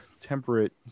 temperate